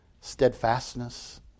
Steadfastness